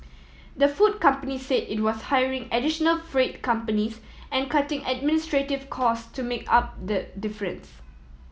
the food company said it was hiring additional freight companies and cutting administrative cost to make up the difference